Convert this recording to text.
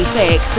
fix